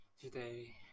Today